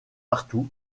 partout